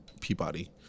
Peabody